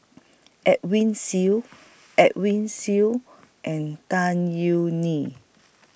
Edwin Siew Edwin Siew and Tan YOU Nee